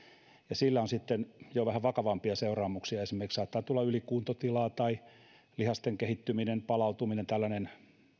sillä on sitten jo vähän vakavampia seuraamuksia esimerkiksi saattaa tulla ylikuntotilaa tai lihasten kehittyminen palautuminen tällainen